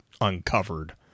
uncovered